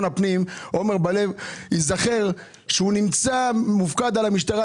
פנים עומר ברלב ייזכר שהוא נמצא מופקד על המשטרה.